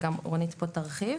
וגם רונית פה תרחיב.